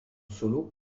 solos